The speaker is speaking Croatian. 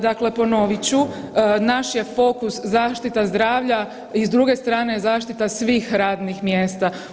Dakle, ponovit ću naš je fokus zaštita zdravlja i s druge strane zaštita svih radnim mjesta.